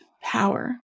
power